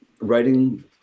writing